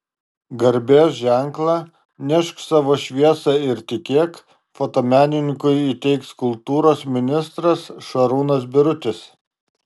garbės ženklą nešk savo šviesą ir tikėk fotomenininkui įteiks kultūros ministras šarūnas birutis